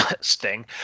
sting